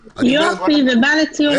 יופי, ובא לציון גואל.